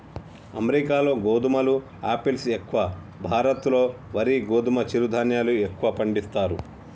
అమెరికాలో గోధుమలు ఆపిల్స్ ఎక్కువ, భారత్ లో వరి గోధుమ చిరు ధాన్యాలు ఎక్కువ పండిస్తారు